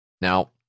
Now